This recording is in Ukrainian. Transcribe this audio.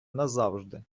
назавжди